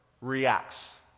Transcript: reacts